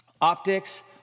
Optics